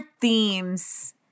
themes